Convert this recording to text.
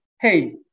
hey